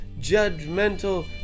judgmental